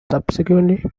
subsequently